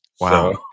Wow